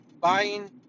buying